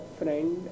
friend